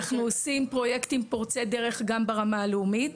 אנחנו עושים פרויקטים פורצי דרך גם ברמה הלאומית.